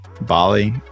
Bali